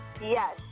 Yes